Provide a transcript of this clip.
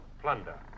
plunder